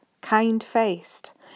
kind-faced